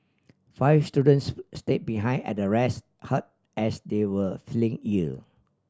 five students stay behind at the rest hut as they were feeling ill